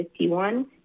51